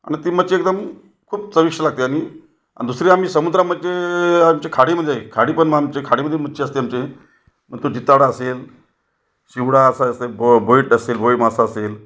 आणि ती मच्छी एकदम खूप चविष्ट लागते आणि दुसरी आम्ही समुद्रामध्ये आमची खाडीमध्ये खाडी पण मग आमची खाडीमध्ये मच्छी असते आमची मग तो जीतावडा असेल शिवडा असा असेल बो भोईट असेल भोई मासा असेल